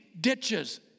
ditches